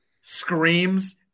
screams